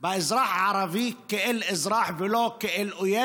באזרח הערבי כאזרח ולא כאויב.